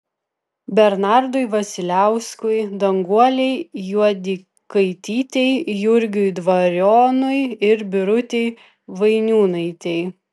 bernardui vasiliauskui danguolei juodikaitytei jurgiui dvarionui ir birutei vainiūnaitei